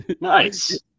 Nice